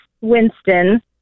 Winston